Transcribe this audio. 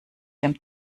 dem